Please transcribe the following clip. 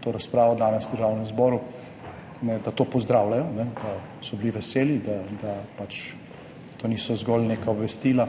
to razpravo danes v Državnem zboru, ne da to pozdravljajo, da so bili veseli, da to niso zgolj neka obvestila